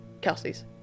Kelsey's